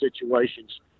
situations